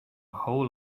whole